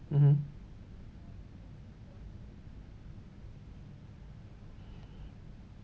mmhmm